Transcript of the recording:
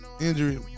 injury